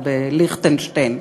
או בליכטנשטיין.